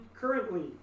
currently